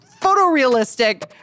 photorealistic